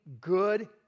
good